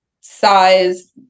size